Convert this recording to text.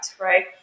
right